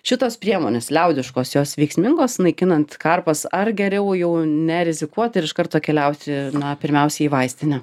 šitos priemonės liaudiškos jos veiksmingos naikinant karpas ar geriau jau nerizikuoti ir iš karto keliauti na pirmiausia į vaistinę